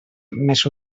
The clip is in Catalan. més